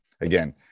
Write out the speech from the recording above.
again